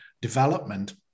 development